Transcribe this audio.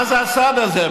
מה זה הסד הזה?